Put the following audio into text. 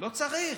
לא צריך.